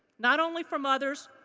not only from others,